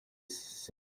sgt